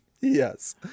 Yes